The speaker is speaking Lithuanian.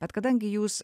bet kadangi jūs